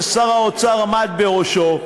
ששר האוצר עמד בראשו,